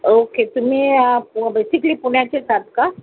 okay तुम्ही basically पुण्याचेच आहात का